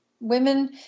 Women